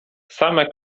same